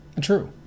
true